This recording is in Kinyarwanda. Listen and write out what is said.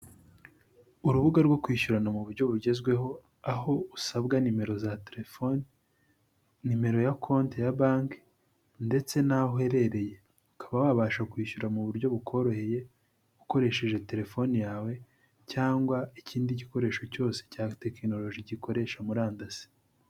Urubuga rwo kwishyurana mu buryo bugezweho, aho usabwa nimero za telefoni, nimero ya konti ya banki ndetse n'aho uherereye, ukaba wabasha kwishyura mu buryo bukoroheye ukoresheje telefone yawe, cyangwa ikindi gikoresho cyose cya tekinoholoji gikoresha murandasi.